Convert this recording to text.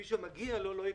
מי שמגיע לו לא יקבל.